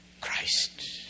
Christ